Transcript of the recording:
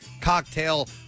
cocktail